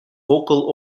vocal